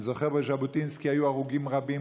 אני זוכר שבז'בוטינסקי היו הרוגים רבים,